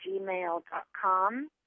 gmail.com